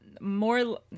more